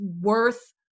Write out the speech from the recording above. worth